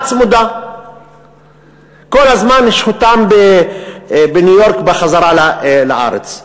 צמודה כל זמן שהותם מניו-יורק וחזרה לארץ.